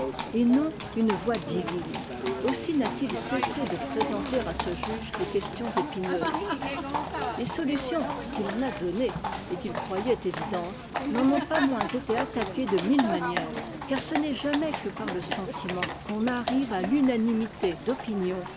et non une voix divine aussi n'a-t-il cessé de présenter à ce juge des questions épineuses les solutions qu'il en a données et qu'il croyait évidentes n'en ont pas moins été attaquées de mille manières car ce n'est jamais que par le sentiment qu'on arrive à l'unanimité d'opinion